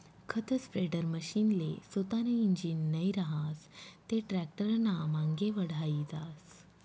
खत स्प्रेडरमशीनले सोतानं इंजीन नै रहास ते टॅक्टरनामांगे वढाई जास